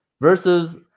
versus